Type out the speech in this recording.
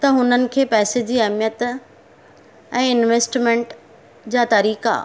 त हुननि खे पैसे जी अहमियत ऐं इन्वेस्टमेंट जा तरीक़ा